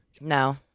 No